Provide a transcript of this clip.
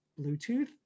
Bluetooth